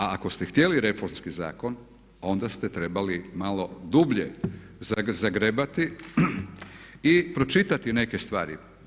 A ako ste htjeli reformski zakon onda ste trebali malo dublje zagrebati i pročitati neke stvari.